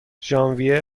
ژانویه